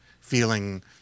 feeling